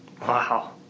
Wow